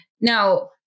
Now